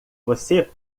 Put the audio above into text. você